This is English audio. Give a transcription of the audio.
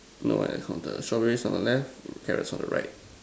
no eh it's counted strawberries on the left carrots on the right